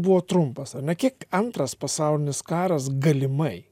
buvo trumpas ane kiek antras pasaulinis karas galimai